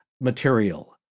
material